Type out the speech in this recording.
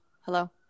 Hello